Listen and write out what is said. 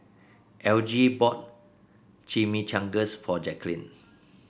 Elgie bought Chimichangas for Jacklyn